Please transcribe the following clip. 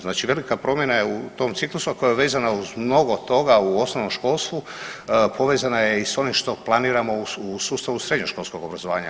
Znači velika promjena je u tom ciklusu, a koja je vezana uz mnogo toga u osnovnom školstvu, povezana je i s onim što planiramo u sustavu srednjoškolskog obrazovanja.